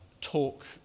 talk